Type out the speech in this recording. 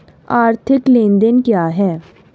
आर्थिक लेनदेन क्या है?